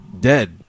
dead